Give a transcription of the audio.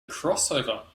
crossover